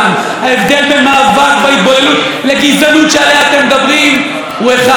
ההבדל בין מאבק בהתבוללות לגזענות שעליה אתם מדברים הוא אחד,